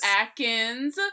Atkins